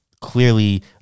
clearly